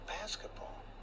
basketball